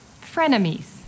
Frenemies